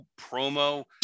promo –